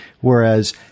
Whereas